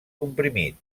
comprimit